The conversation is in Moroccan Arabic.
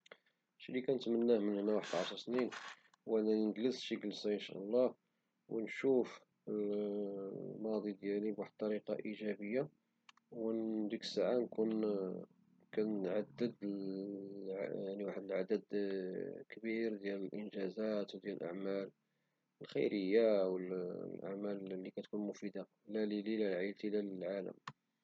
شي لي كنتماه من هنا لعشر سنين هو أنني نجلس شي جلسة إن شاء الله ونشوف الماضي ديالي بواحد الطريقة إيجابية وديك الساعة نكون كنعدد واحد العدد كبير ديال الأنجازات وديال الأعمال الخيرية والأعمال لي كتكون مفيدة لا ليلي ولا لعائلتي ولا للعالم.